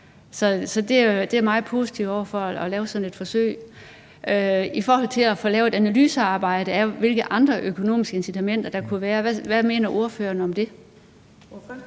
Så jeg er meget positiv over for at lave sådan et forsøg. I forhold til at få lavet et analysearbejde om, hvilke andre økonomiske incitamenter der kunne være, hvad mener ordføreren om det?